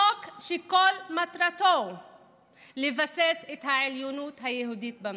חוק שכל מטרתו לבסס את העליונות היהודית במדינה,